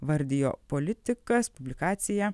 vardijo politikas publikaciją